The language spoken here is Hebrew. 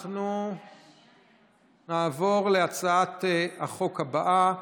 אנחנו נעבור להצעת החוק הבאה,